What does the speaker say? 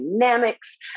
dynamics